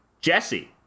Jesse